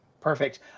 Perfect